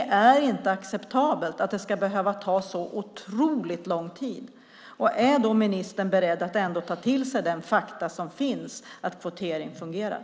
Det är inte acceptabelt att det ska ta så otroligt lång tid. Jag frågar igen: Är ministern beredd att ta till sig faktumet att kvotering fungerar?